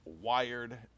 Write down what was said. wired